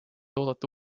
oodata